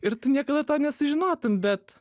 ir tu niekada to nesužinotum bet